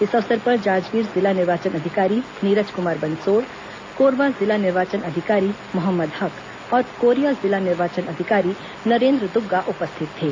इस अवसर पर जांजगीर जिला निर्वाचन अधिकारी नीरज कुमार बंसोड़ कोरबा जिला निर्वाचन अधिकारी मोहम्मद हक और कोरिया जिला निर्वाचन अधिकारी नरेन्द्र द्ग्गा उपस्थित थे